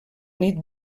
nit